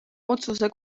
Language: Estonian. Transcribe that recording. otsuse